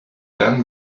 then